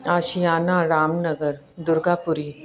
Ashiyana Ram Nagar Durga Puri